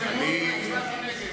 הצבעת נגד.